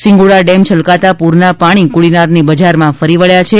શિંગોડા dam છલકાતા પૂરના પાણી કોડીનારની બજારમાં ફરી વળ્યા છે